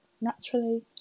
Naturally